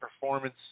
performance